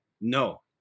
No